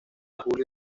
julio